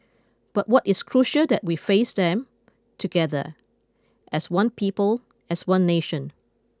but what is crucial that we face them together as one people as one nation